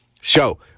show